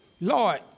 Lord